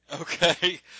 Okay